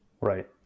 Right